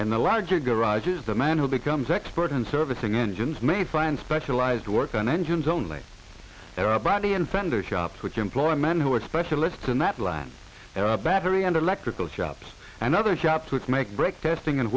in the larger garages the man who becomes expert in servicing engines may find specialized work on engines only body and fender shop which employ men who are specialists in that line battery and electrical shops and other caps which make brake testing and whe